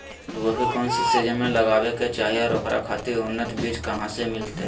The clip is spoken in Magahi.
फूलगोभी कौन सीजन में लगावे के चाही और ओकरा खातिर उन्नत बिज कहा से मिलते?